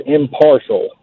impartial